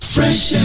Fresh